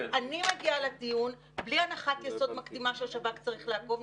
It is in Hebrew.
אני מגיעה לדיון בלי הנחת יסוד מקדימה שהשב"כ צריך לעקוב.